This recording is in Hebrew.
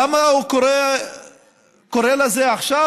למה הוא קורא לזה עכשיו,